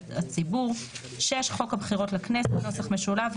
הציבור; (6)חוק הבחירות לכנסת [נוסח משולב],